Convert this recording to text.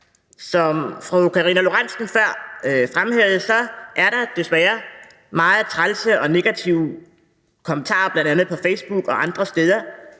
Som fru Karina Lorentzen Dehnhardt før fremhævede, er der desværre meget trælse og negative kommentarer, bl.a. på Facebook og andre steder.